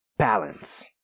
balance